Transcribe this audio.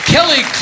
Kelly